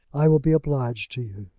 i will be obliged to you.